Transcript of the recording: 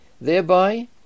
thereby